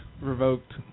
Revoked